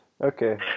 Okay